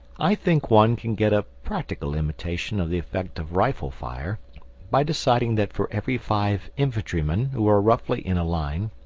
i think one can get a practical imitation of the effect of rifle-fire by deciding that for every five infantry-men who are roughly in a line,